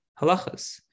halachas